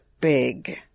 big